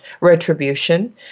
retribution